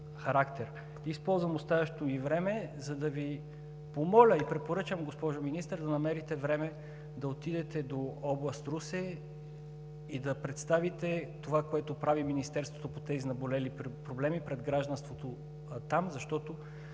характер. Използвам оставащото ми време, за да Ви помоля и препоръчам, госпожо Министър, да намерите време да отидете до област Русе и да представите това, което прави Министерството по тези наболели проблеми, пред гражданството там, защото